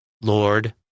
Lord